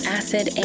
acid